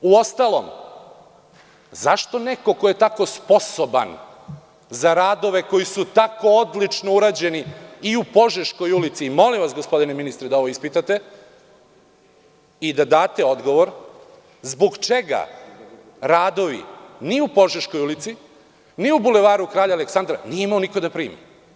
Uostalom, zašto neko ko je tako sposoban za radove koji su tako odlično urađeni i u Požeškoj ulici, molim vas gospodine ministre da ovo ispitate i da date odgovor, zbog čega radove ni u Požeškoj ulici, ni u Bulevaru Kralja Aleksandra nije imao ko da primi?